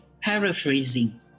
paraphrasing